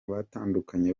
batandukanye